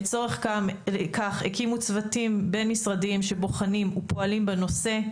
לצורך כך הקימו צוותים בין-משרדיים שבוחנים ופועלים בנושא.